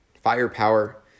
firepower